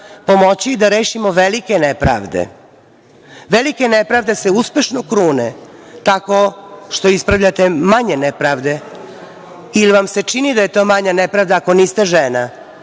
pomoći da rešimo velike nepravde. Velike nepravde se uspešno krune, tako što ispravljate manje nepravde ili vam se čini da je to manja nepravda, ako niste žena